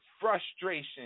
frustration